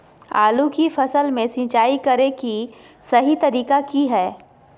आलू की फसल में सिंचाई करें कि सही तरीका की हय?